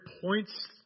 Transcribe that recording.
points